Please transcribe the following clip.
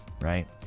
right